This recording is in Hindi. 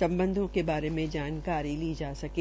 सम्पर्क बारे जानकारी ली जा सकें